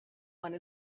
one